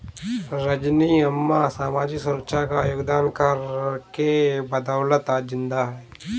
रजनी अम्मा सामाजिक सुरक्षा योगदान कर के बदौलत आज जिंदा है